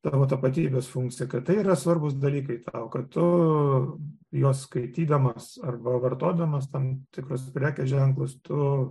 tą vat tapatybės funkciją kad tai yra svarbūs dalykai tau kad tu juos skaitydamas arba vartodamas tam tikrus prekės ženklus tu